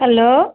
hello